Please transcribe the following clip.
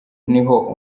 niho